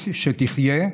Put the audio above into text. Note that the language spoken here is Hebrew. שתחיה,